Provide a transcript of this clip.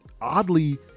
oddly